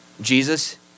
Jesus